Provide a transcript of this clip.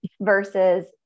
Versus